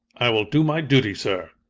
i will do my duty, sir,